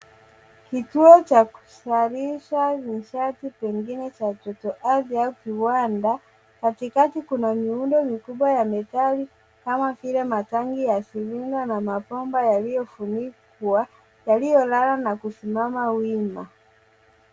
Kituo cha kuzalisha nishati pengine cha joto ardhi au kiwanda. Katikati kuna miundo mikubwa ya metal kama vile matangi ya mviringo na mabomba yaliyofunikwa yaliyolala na kusimama wima.